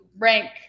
rank